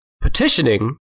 petitioning